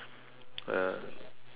uh